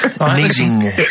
amazing